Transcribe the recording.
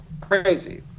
crazy